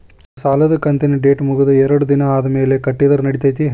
ನನ್ನ ಸಾಲದು ಕಂತಿನ ಡೇಟ್ ಮುಗಿದ ಎರಡು ದಿನ ಆದ್ಮೇಲೆ ಕಟ್ಟಿದರ ನಡಿತೈತಿ?